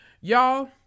y'all